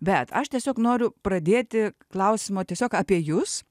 bet aš tiesiog noriu pradėti klausimo tiesiog apie jus